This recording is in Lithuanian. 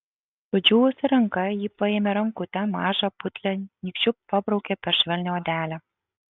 sudžiūvusia ranka ji paėmė rankutę mažą putlią nykščiu pabraukė per švelnią odelę